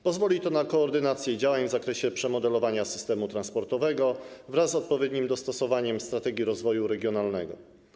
Pozwoli to na koordynację działań w zakresie przemodelowania systemu transportowego wraz z odpowiednim dostosowaniem strategii rozwoju regionalnego.